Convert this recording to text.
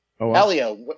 Elio